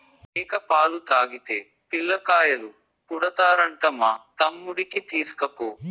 మేక పాలు తాగితే పిల్లకాయలు పుడతారంట మా తమ్ముడికి తీస్కపో